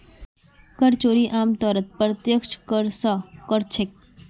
कर चोरी आमतौरत प्रत्यक्ष कर स कर छेक